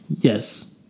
Yes